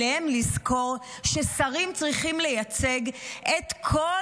עליהם לזכור ששרים צריכים לייצג את כל